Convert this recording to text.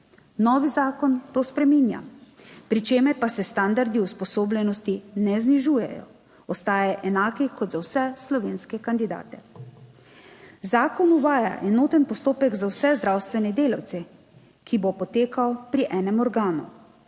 Novi zakon to spreminja, pri čemer pa se standardi usposobljenosti ne znižujejo. Ostajajo enaki kot za vse slovenske kandidate. Zakon uvaja enoten postopek za vse zdravstvene delavce, ki bo potekal pri enem organu.